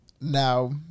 Now